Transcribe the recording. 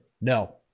no